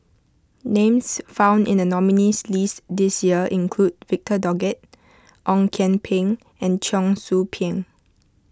names found in the nominees' list this year include Victor Doggett Ong Kian Peng and Cheong Soo Pieng